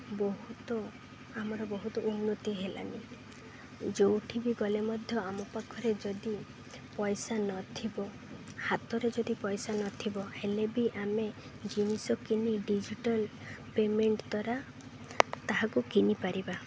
ବହୁତ ଆମର ବହୁତ ଉନ୍ନତି ହେଲାନି ଯେଉଁଠି ବି ଗଲେ ମଧ୍ୟ ଆମ ପାଖରେ ଯଦି ପଇସା ନଥିବ ହାତରେ ଯଦି ପଇସା ନଥିବ ହେଲେ ବି ଆମେ ଜିନିଷ କିିନି ଡ଼ିଜିଟାଲ ପେମେଣ୍ଟ ଦ୍ୱାରା ତାହାକୁ କିନିପାରିବା